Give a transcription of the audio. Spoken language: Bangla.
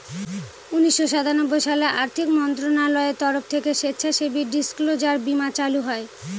উনিশশো সাতানব্বই সালে আর্থিক মন্ত্রণালয়ের তরফ থেকে স্বেচ্ছাসেবী ডিসক্লোজার বীমা চালু হয়